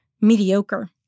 mediocre